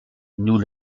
nous